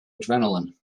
adrenaline